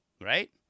right